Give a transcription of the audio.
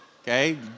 okay